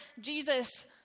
Jesus